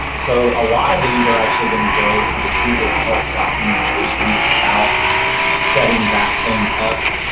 so, a lot of these are actually going to go to the google help documentation about setting that thing up.